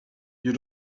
you